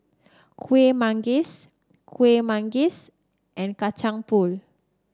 Kuih Manggis Kuih Manggis and Kacang Pool